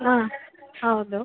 ಹಾಂ ಹೌದು